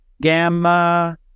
gamma